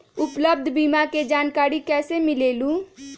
उपलब्ध बीमा के जानकारी कैसे मिलेलु?